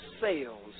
sales